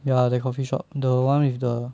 ya that coffee shop the one with the